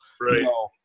Right